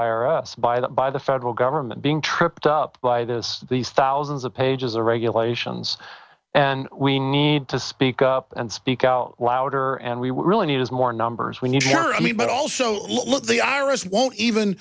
ira by the by the federal government being tripped up by this these thousands of pages of regulations and we need to speak up and speak out louder and we were really need is more numbers when you turn to me but also the i r s won't even